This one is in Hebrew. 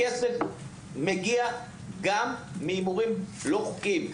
הכסף מגיע גם מהימורים לא חוקיים.